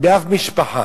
בשום משפחה.